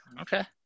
Okay